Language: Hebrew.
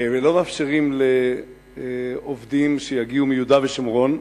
ולא מאפשרים לעובדים שיגיעו מיהודה ושומרון,